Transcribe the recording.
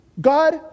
God